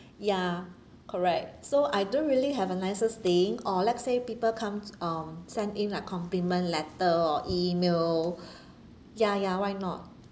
ya correct so I don't really have a nicest thing or let's say people comes um send in like compliment letter or email ya ya why not